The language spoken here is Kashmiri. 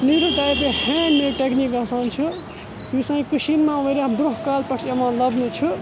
نیٖڈٕل ٹایپ یہِ ہینٛڈ میڈ ٹیٚکنیٖک آسان چھِ یُس سانہِ کٔشیٖرِ مَنٛز واریاہ برونٛہہ کالہٕ پیٹھ یِوان لَبنہٕ چھُ